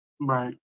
right